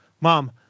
Mom